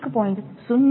15V2 0